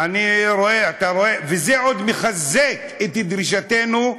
וזה עוד מחזק את דרישתנו,